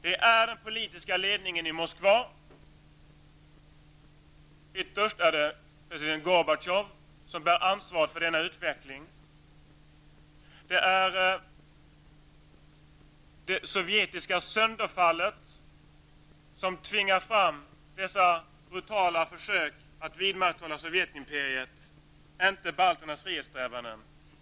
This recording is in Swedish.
Det är den politiska ledningen i Moskva, ytterst president Gorbatjov, som bär ansvaret för denna utveckling. Det är det sovjetiska sönderfallet som tvingar fram dessa brutala försök att vidmakthålla Sovjetimperiet, inte balternas frihetssträvanden.